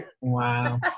Wow